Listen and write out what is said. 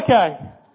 Okay